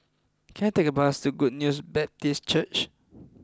can I take a bus to Good News Baptist Church